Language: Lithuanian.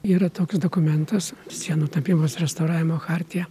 yra toks dokumentas sienų tapybos restauravimo chartija